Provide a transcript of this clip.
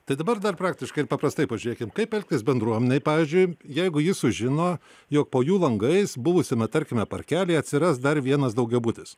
tai dabar dar praktiškai ir paprastai pažiūrėkim kaip elgtis bendruomeneie pavyzdžiui jeigu ji sužino jog po jų langais buvusiame tarkime parkelyje atsiras dar vienas daugiabutis